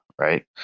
right